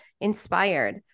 inspired